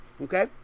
Okay